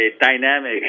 dynamic